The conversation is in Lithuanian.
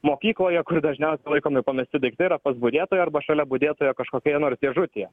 mokykloje kur dažniausiai laikomi pamesti daiktai yra pas budėtoją arba šalia budėtojo kažkokioje nors dėžutėje